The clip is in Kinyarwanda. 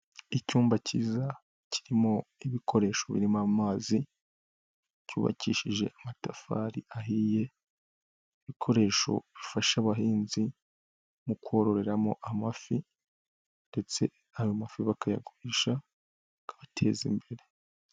Icyumba kiza kirimo ibikoresho birimo amazi cyubakishije amatafari ahiye, ibikoresho bifasha abahinzi mu kororeramo amafi ndetse ayo mafi bakayagurisha akabateza imbere.